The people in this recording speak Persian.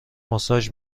ماساژ